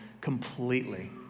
completely